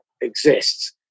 exists